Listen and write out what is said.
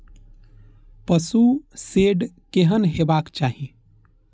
पशु शेड केहन हेबाक चाही?